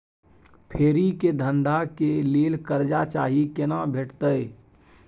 फेरी के धंधा के लेल कर्जा चाही केना भेटतै?